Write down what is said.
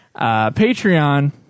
Patreon